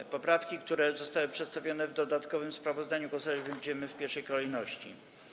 Nad poprawkami, które zostały przedstawione w dodatkowym sprawozdaniu, głosować będziemy w pierwszej kolejności.